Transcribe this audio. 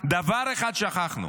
דבר אחד שכחנו,